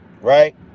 Right